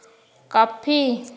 coffee